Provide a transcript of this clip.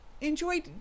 enjoyed